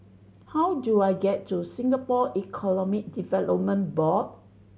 how do I get to Singapore Economic Development Board